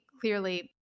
clearly